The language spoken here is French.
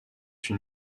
une